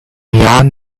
young